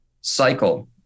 cycle